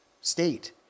state